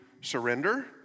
surrender